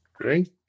Great